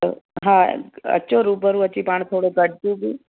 त हा अचो रुबरू अची पाण थोरो गॾजूं बि